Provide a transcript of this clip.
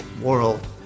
world